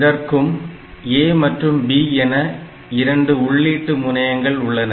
இதற்கும் A மற்றும் B என இரண்டு உள்ளீட்டு முனையங்கள் உள்ளன